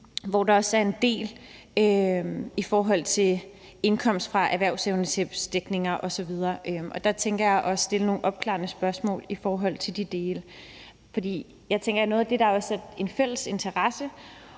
hvor der også er en del i forhold til indkomst fra erhvervsevnetabsdækninger osv. Der tænker jeg, at jeg vil stille nogle opklarende spørgsmål i forhold til de dele. For jeg tænker, at noget af det, der også er i en fælles interesse